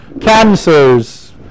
Cancers